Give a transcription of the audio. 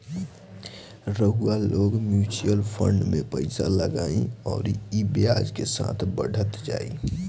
रउआ लोग mutual fund मे पइसा लगाई अउरी ई ब्याज के साथे बढ़त जाई